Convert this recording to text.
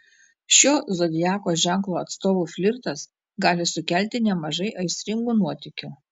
šio zodiako ženklo atstovų flirtas gali sukelti nemažai aistringų nuotykių